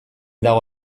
dago